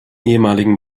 ehemaligen